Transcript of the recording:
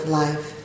life